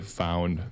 found